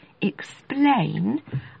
explain